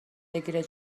بگیره